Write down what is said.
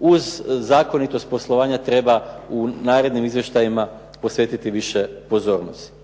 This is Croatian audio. uz zakonitost poslovanja treba u narednim izvještajima posvetiti više pozornosti.